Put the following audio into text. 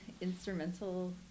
instrumental